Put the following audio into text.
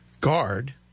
guard